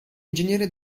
ingegnere